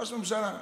ראש ממשלה.